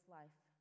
life